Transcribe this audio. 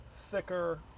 thicker